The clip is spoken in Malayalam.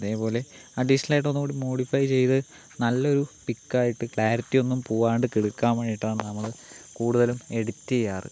അതേപോലെ അഡീഷണൽ ആയിട്ട് ഒന്ന് കൂടി മോഡിഫൈ ചെയ്ത നല്ലൊരു പിക്ക് ആയിട്ട് ക്ലാരിറ്റി ഒന്നും പോകാണ്ടൊക്കെ എടുക്കാൻ വേണ്ടിയിട്ടാണ് നമ്മള് കൂടുതലും എഡിറ്റ് ചെയ്യാറ്